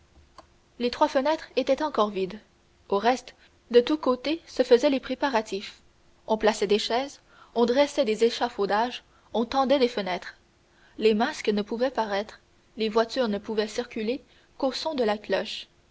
les trois fenêtres étaient encore vides au reste de tous côtés se faisaient les préparatifs on plaçait des chaises on dressait des échafaudages on tendait des fenêtres les masques ne pouvaient paraître les voitures ne pouvaient circuler qu'au son de la cloche